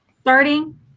starting